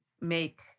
make